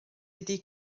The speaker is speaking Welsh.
ydy